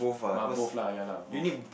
but both lah ya lah both